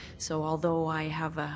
so although i have